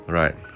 right